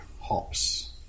Hops